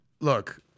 Look